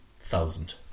thousand